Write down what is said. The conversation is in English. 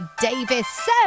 Davis